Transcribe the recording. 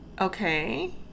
Okay